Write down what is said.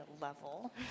level